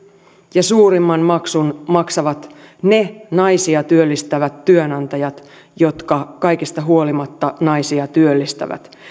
ja suurimman maksun maksavat ne naisia työllistävät työnantajat jotka kaikesta huolimatta naisia työllistävät